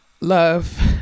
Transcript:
love